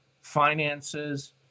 finances